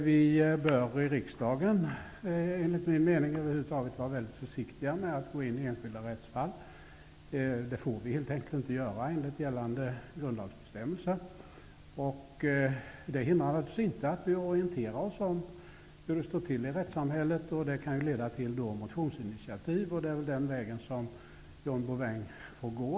Vi bör i riksdagen enligt min mening över huvud taget vara väldigt försiktiga med att gå in i enskilda rättsfall. Det får vi helt enkelt inte göra enligt gällande grundlagsbestämmelser. Det hindrar naturligtvis inte att vi orienterar oss om hur det står till i rättssamhället, och det kan ju leda till motionsinitiativ. Det är väl den vägen som John Bouvin får gå.